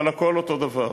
אבל הכול אותו הדבר.